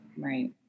Right